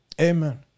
Amen